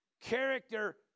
character